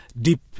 deep